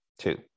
two